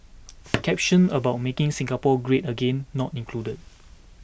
caption about making Singapore great again not included